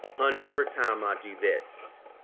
honey, every time i do this,